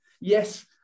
Yes